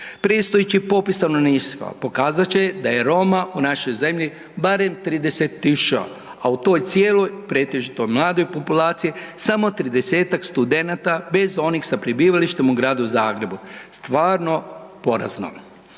Predstojeći popis stanovništva pokazat će da je Roma u našoj zemlji barem 30 000, a u toj cijeloj pretežito mladoj populaciji samo 30-tak studenata bez onih sa prebivalištem u Gradu Zagrebu. Stvarno porazno.